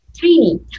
tiny